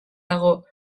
dago